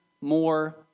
more